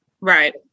Right